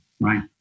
right